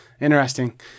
Interesting